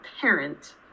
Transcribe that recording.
parent